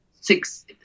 six